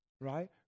Right